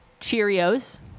Cheerios